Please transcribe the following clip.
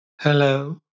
Hello